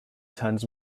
turns